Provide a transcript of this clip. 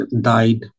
died